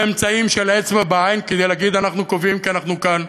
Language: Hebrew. באמצעים של אצבע בעין כדי להגיד: אנחנו קובעים כי אנחנו כאן,